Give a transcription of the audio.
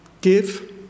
Give